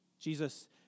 Jesus